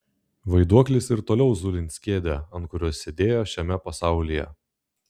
vaiduoklis ir toliau zulins kėdę ant kurios sėdėjo šiame pasaulyje